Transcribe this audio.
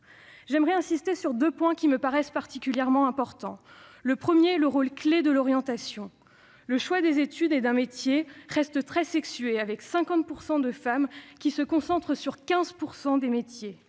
ma part, j'insisterai sur deux points qui me paraissent particulièrement importants. Le premier, c'est le rôle clef de l'orientation. Le choix des études et d'une profession reste très sexué ; ainsi, 50 % des femmes se concentrent sur 15 % des métiers.